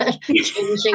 changing